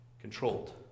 controlled